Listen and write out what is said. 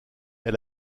est